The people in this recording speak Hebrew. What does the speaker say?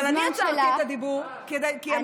אבל אני עצרתי את הדיבור כי הם הפריעו.